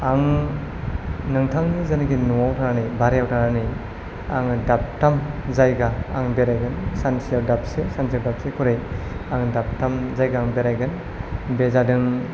आं नोंथांनि जायनाखि न'आव थानानै भारायाव थानानै आङो दाबथाम जायगा आं बेरायगोन सानसेयाव दाबसे सानसेयाव दाबसे खरै आङो दाबथाम जायगा आं बेरायगोन बे जादों